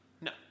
No